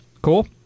Cool